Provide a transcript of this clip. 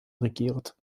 regiert